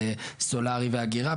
בסולרי ואגירה,